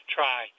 Try